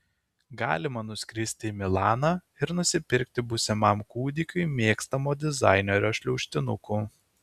galima nuskristi į milaną ir nusipirkti būsimam kūdikiui mėgstamo dizainerio šliaužtinukų